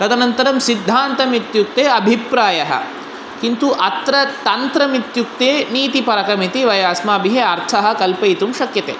तदनन्तरं सिद्धान्तम् इत्युक्ते अभिप्रायः किन्तु अत्र तन्त्रमित्युक्ते नीतिपरकमिति वयम् अस्माभिः अर्थः कल्पयितुं शक्यते